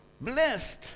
blessed